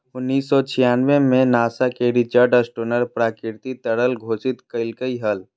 उन्नीस सौ छियानबे में नासा के रिचर्ड स्टोनर प्राकृतिक तरल घोषित कइलके हल